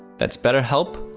that's betterhelp,